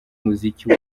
muziki